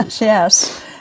Yes